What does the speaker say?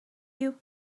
you